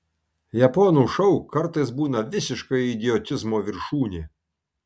japonų šou kartais būna visiška idiotizmo viršūnė